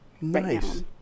Nice